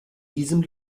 diesem